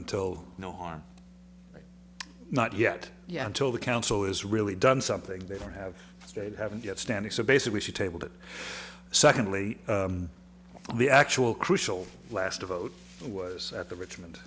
until now are not yet yeah until the council is really done something they don't have stayed haven't yet standing so basically she tabled it secondly the actual crucial last a vote was at the richmond